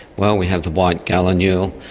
well, we have the white gallinule,